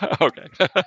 Okay